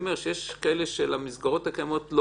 אבל